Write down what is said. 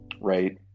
right